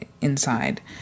inside